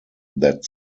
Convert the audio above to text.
that